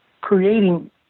creating